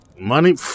money